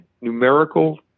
numerical